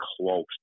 close